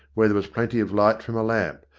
where there was plenty of light from a lamp,